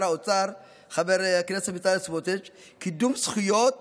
האוצר חבר הכנסת בצלאל סמוטריץ' זכויות